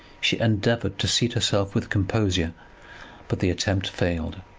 she endeavoured to seat herself with composure but the attempt failed,